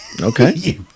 Okay